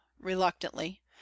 reluctantly